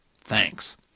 Thanks